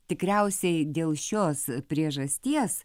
tikriausiai dėl šios priežasties